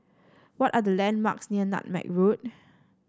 what are the landmarks near Nutmeg Road